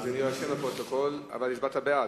יירשם בפרוטוקול, אבל הצבעת בעד.